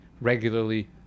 regularly